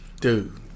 dude